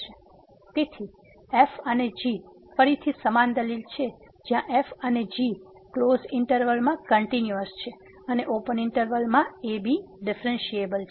તેથી f અને g ફરીથી સમાન દલીલ છે જ્યાં f અને g ક્લોઝ ઈંટરવલ માં કંટીન્યુઅસ છે અને ઓપન ઈંટરવલ માં ab ડિફ્રેન્સીએબલ છે